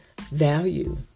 value